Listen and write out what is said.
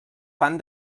fan